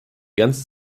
ganze